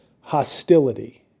hostility